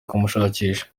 kumushakisha